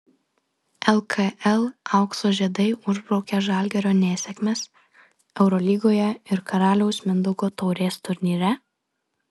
lkl aukso žiedai užbraukė žalgirio nesėkmes eurolygoje ir karaliaus mindaugo taurės turnyre